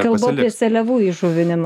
kalbu apie seliavų įžuvinimą